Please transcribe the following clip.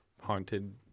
haunted